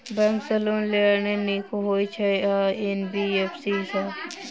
Bank सँ loan लेनाय नीक होइ छै आ की एन.बी.एफ.सी सँ?